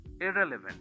irrelevant